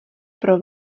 pro